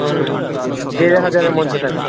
হুম দেড় হাজারের মধ্যে দেখান